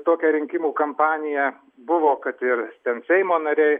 tokią rinkimų kampaniją buvo kad ir ten seimo nariai